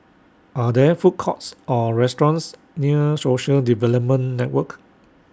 Are There Food Courts Or restaurants near Social Development Network